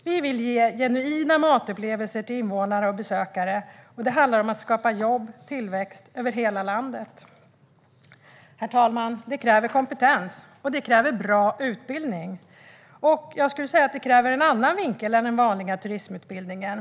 Vi vill kunna ge genuina matupplevelser till invånare och besökare. Det handlar också om att skapa jobb och tillväxt över hela landet. Herr talman! Detta kräver kompetens och bra utbildning, och jag menar att det kräver en annan vinkel än den vanliga turismutbildningens.